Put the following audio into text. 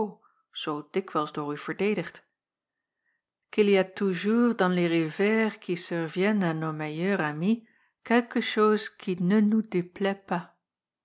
zoo dikwijls door u verdedigd